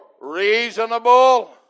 reasonable